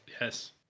yes